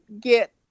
get